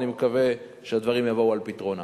ואני מקווה שהדברים יבואו על פתרונם.